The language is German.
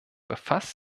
befasst